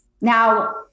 Now